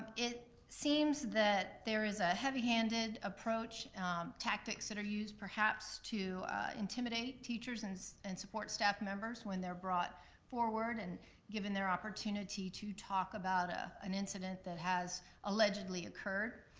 it seems that there is a heavy-handed approach tactics that are used, perhaps to intimidate teachers and and support staff members when they're brought forward and given their opportunity to talk about ah an incident that has allegedly occurred,